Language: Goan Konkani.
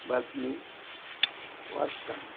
बातमी वाचता